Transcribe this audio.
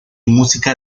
música